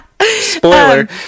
Spoiler